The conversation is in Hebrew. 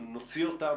נוציא אותם